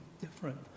different